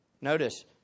Notice